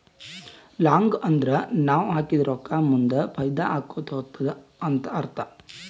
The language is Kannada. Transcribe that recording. ಲಾಂಗ್ ಅಂದುರ್ ನಾವ್ ಹಾಕಿದ ರೊಕ್ಕಾ ಮುಂದ್ ಫೈದಾ ಆಕೋತಾ ಹೊತ್ತುದ ಅಂತ್ ಅರ್ಥ